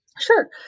Sure